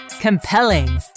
Compelling